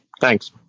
Thanks